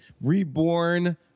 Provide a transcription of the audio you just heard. reborn